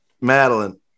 Madeline